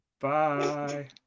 Bye